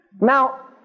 Now